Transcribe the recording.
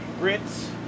grits